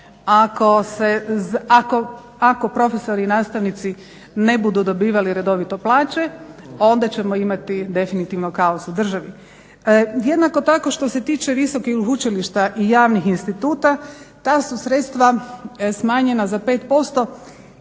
ako profesori i nastavnici ne budu dobivali redovito plaće onda ćemo imati definitivno kaos u državi. Jednako tako što se tiče visokih učilišta i javnih instituta ta su sredstva smanjenja za 5%